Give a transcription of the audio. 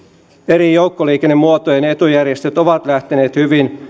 eri joukkoliikennemuotojen etujärjestöt ovat lähteneet hyvin